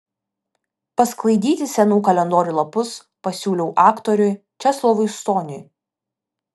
pasklaidyti senų kalendorių lapus pasiūliau aktoriui česlovui stoniui